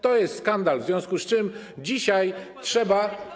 To jest skandal, w związku z czym dzisiaj trzeba.